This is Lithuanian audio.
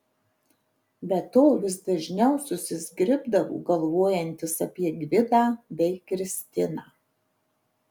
be to vis dažniau susizgribdavo galvojantis apie gvidą bei kristiną